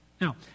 Now